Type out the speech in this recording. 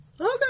Okay